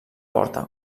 porta